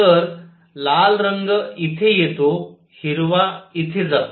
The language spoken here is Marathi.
तर लाल रंग इथे येतो हिरवा इथे जातो